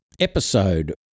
episode